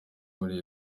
muri